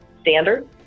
standard